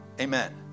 Amen